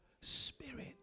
spirit